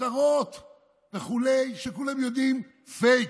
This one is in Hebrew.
וכותרות וכו' שכולם יודעים, פייק,